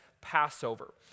Passover